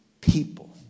people